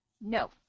No